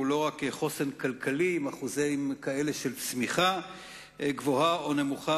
הוא לא רק חוסן כלכלי עם אחוזים כאלה של צמיחה גבוהה או נמוכה.